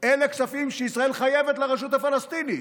אלה כספים שישראל חייבת לרשות הפלסטינית.